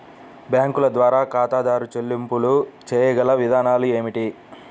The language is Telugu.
బ్యాంకుల ద్వారా ఖాతాదారు చెల్లింపులు చేయగల విధానాలు ఏమిటి?